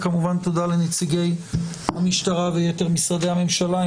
וכמובן תודה לנציגי המשטרה ויתר משרדי הממשלה.